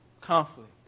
Conflict